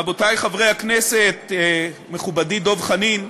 רבותי חברי הכנסת, מכובדי דב חנין,